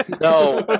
No